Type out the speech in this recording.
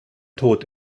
tod